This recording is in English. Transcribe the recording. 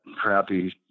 crappy